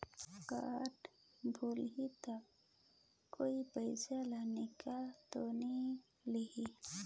Card भुलाही ता कोई पईसा ला निकाल तो नि लेही?